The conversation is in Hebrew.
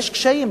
יש קשיים.